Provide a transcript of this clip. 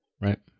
Right